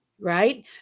Right